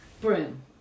Broom